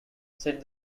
said